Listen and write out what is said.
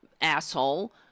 asshole